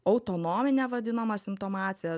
autonominė vadinama simptomacija